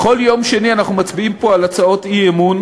בכל יום שני אנחנו מצביעים פה על הצעות אי-אמון,